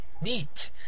Neat